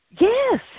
Yes